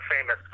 famous